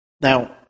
now